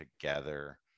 together